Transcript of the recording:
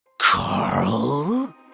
Carl